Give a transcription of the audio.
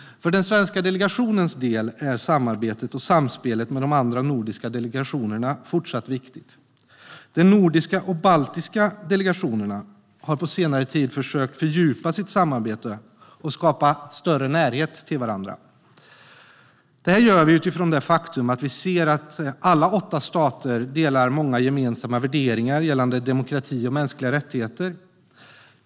För den svenska delegationens del är samarbetet och samspelet med de andra nordiska delegationerna fortsatt viktigt. De nordiska och baltiska delegationerna har på senare tid försökt att fördjupa sitt samarbete och skapa större närhet till varandra. Det här görs utifrån att vi ser att alla dessa åtta stater har många gemensamma värderingar gällande demokrati och mänskliga rättigheter.